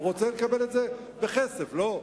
הוא רוצה לקבל את זה בכסף, לא?